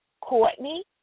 Courtney